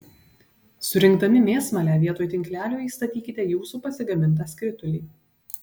surinkdami mėsmalę vietoj tinklelio įstatykite jūsų pasigamintą skritulį